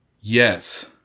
Yes